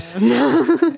No